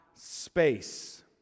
space